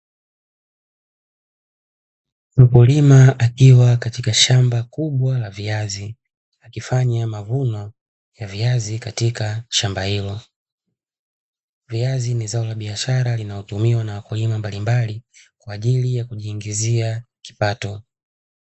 Mkulima akiwa katika shamba kubwa la viazi akifanya mavuno ya viazi katika shamba hilo. Viazi ni zao la biashara linalotumiwa na wakulima mbalimbali kwa ajili ya kujiingizia kipato.